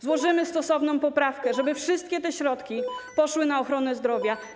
Złożymy stosowną poprawkę, żeby wszystkie te środki poszły na ochronę zdrowia.